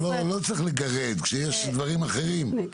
נכון.